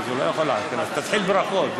הוא לא יכול לעדכן, אז תתחיל ברכות.